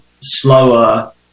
slower